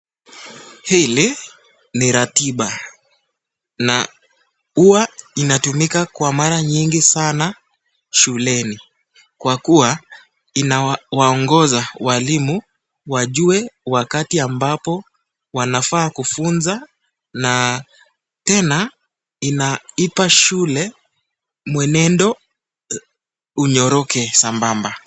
Hili ni ratiba na huwa inatumika kwa mara nyingi sana shuleni kwa kuwa imawaongoza walimu wajue wakati ambapo wanafaa kufunza na tena inaipa shule mwenendo unyoroke sambamba.